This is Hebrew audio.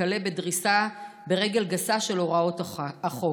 וכלה בדריסה ברגל גסה של הוראות החוק.